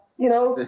you know,